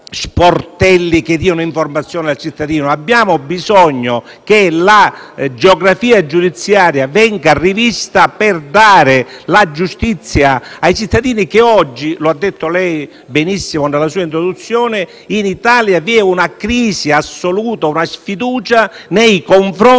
che diano informazioni al cittadino! Abbiamo bisogno che la geografia giudiziaria venga rivista per dare la giustizia ai cittadini, perché oggi, come lei ha detto benissimo nella sua introduzione, in Italia vi è crisi assoluta e sfiducia nei confronti